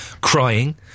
Crying